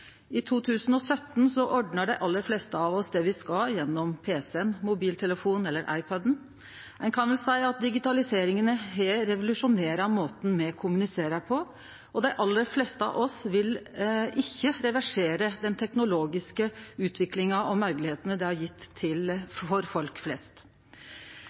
I 2017 ordna dei aller fleste av oss det vi skal, gjennom pc-en, mobiltelefonen eller iPad-en. Ein kan vel seie at digitaliseringa har revolusjonert måten me kommuniserer på, og dei aller fleste av oss vil ikkje reversere den teknologiske utviklinga og moglegheitene ho har gjeve for folk flest.